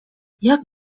jak